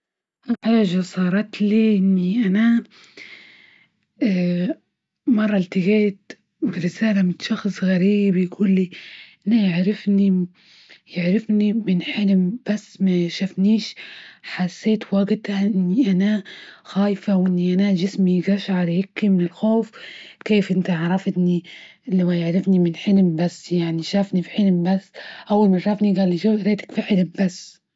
حاجة صارت لي إني أنا مرة ألتقيت برسالة من شخص غريب يقول لي إنه يعرفني -يعرفني من حلم بس ما شافنيش، حسيت في وجتها إني أنا خايفة، وإني أنا جسمي قشعر هكي من الخوف، كيف إنت عرفتني اللي هو يعرفني من حلم بس، يعني شافني في حلم بس أول ما شافني قال لي شوفتك في حلم بس.